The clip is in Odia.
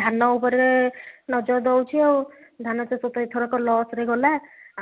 ଧାନ ଉପରେ ନଜର ଦେଉଛି ଆଉ ଧାନଚାଷ ତ ଏଥରକ ଲସ୍ରେ ଗଲା